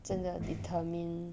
真的 determine